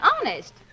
Honest